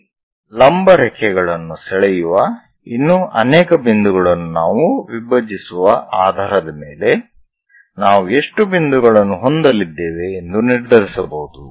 ಈ ಲಂಬ ರೇಖೆಗಳನ್ನು ಸೆಳೆಯುವ ಇನ್ನೂ ಅನೇಕ ಬಿಂದುಗಳನ್ನು ನಾವು ವಿಭಜಿಸುವ ಆಧಾರದ ಮೇಲೆ ನಾವು ಎಷ್ಟು ಬಿಂದುಗಳನ್ನು ಹೊಂದಲಿದ್ದೇವೆ ಎಂದು ನಿರ್ಧರಿಸಬಹುದು